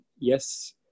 yes